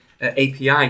API